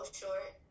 short